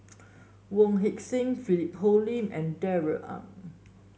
Wong Heck Sing Philip Hoalim and Darrell Ang